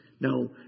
Now